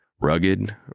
rugged